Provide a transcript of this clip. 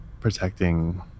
protecting